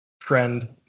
trend